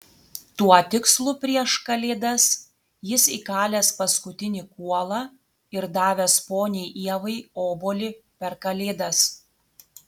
tuo tikslu prieš kalėdas jis įkalęs paskutinį kuolą ir davęs poniai ievai obuolį per kalėdas